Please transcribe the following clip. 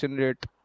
rate